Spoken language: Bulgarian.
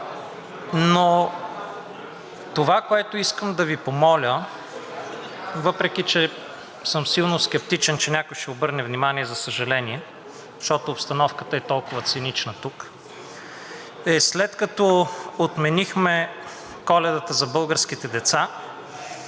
Това, което искам да Ви помоля, въпреки че съм силно скептичен, че някой ще обърне внимание, за съжаление, защото обстановката е толкова цинична тук. След като отменихме Коледата за българските деца